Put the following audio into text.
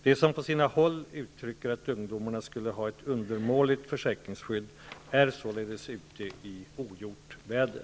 De som på sina håll uttrycker att ungdomarna skulle ha ett undermåligt försäkringsskydd är således ute i ''ogjort väder''.